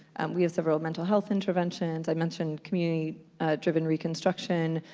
we have several mental health interventions. i mentioned community driven reconstruction.